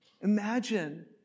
Imagine